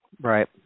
right